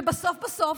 ובסוף, בסוף,